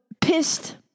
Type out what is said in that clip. pissed